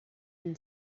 and